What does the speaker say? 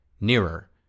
nearer